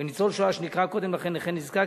וניצול השואה שנקרא קודם לכן "נכה נזקק"